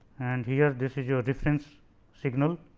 and here this is your reference signal